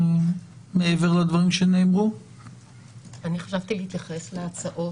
אני רוצה להתייחס להצעות